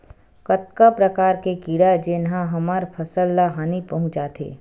कतका प्रकार के कीड़ा जेन ह हमर फसल ल हानि पहुंचाथे?